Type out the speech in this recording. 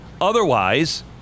Otherwise